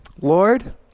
Lord